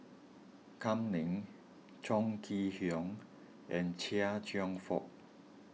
Kam Ning Chong Kee Hiong and Chia Cheong Fook